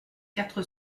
quatre